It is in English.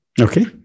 Okay